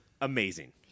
amazing